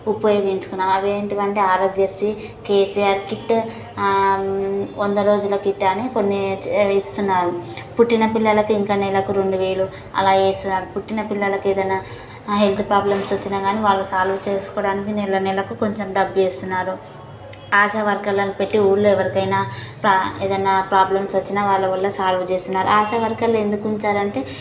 ఉపయోగించుకున్నాను అవి ఎంటివివంటే ఆరోగ్యశ్రీ కెసిఆర్ కిట్ వంద రోజుల కిట్ అని కొన్ని ఇస్తున్నారు పుట్టిన పిల్లలకు ఇంకా నెలకు రెండు వేలు అలా వేస్తున్నారు పుట్టిన పిల్లలకు ఏదైనా హెల్త్ ప్రాబ్లమ్స్ వచ్చిన కానీ వాళ్ళు సాల్వ్ చేసుకోవడానికి నెల నెలకు కొంచెం డబ్బు ఇస్తున్నారు ఆశా వర్కర్లను పెట్టి ఊర్లో ఎవరికైనా ప్రా ఏదైనా ప్రాబ్లమ్స్ వచ్చిన వాళ్ళ వల్ల సాల్వ్ చేస్తున్నారు ఆశ వర్కర్లు ఎందుకు ఉంచారంటే